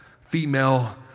Female